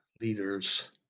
leaders